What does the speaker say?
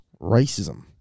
racism